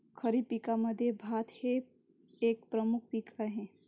खरीप पिकांमध्ये भात हे एक प्रमुख पीक आहे